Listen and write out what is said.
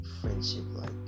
Friendship-like